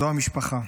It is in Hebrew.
זאת המשפחה.